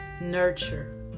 nurture